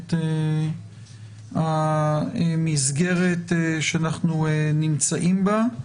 את המסגרת שאנחנו נמצאים בה.